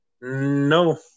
No